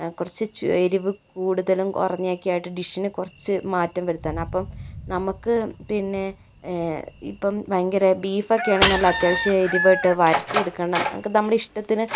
കുറച്ച് എരിവ് കൂടുതലും കുറഞ്ഞൊക്കെ ആയിട്ട് ഡിഷിന് കുറച്ച് മാറ്റം വരുത്താൻ അപ്പോൾ നമുക്ക് പിന്നെ ഇപ്പോൾ ഭയങ്കര ബീഫൊക്കെയാണെങ്കിൽ നല്ല അത്യാവശ്യം എരിവിട്ട് വരട്ടിയെടുക്കണം അതൊക്കെ നമ്മുടെ ഇഷ്ടത്തിന്